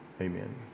amen